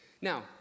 Now